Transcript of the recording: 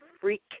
freak